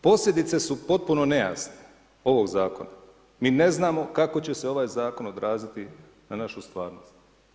Posljedice su potpuno nejasne ovog zakona, i ne znamo kako će se ovaj zakon odraziti na našu stvarnost.